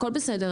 הכל בסדר,